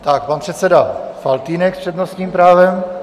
Tak, pan předseda Faltýnek s přednostním právem.